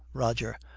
roger.